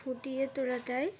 ফুটিয়ে তোলাটাই